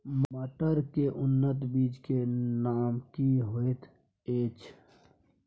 मटर के उन्नत बीज के नाम की होयत ऐछ?